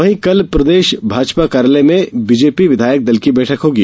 वहीं कल प्रदेश भाजपा कार्यालय में भाजपा विधायक दल की बैठक होगी